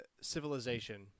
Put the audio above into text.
Civilization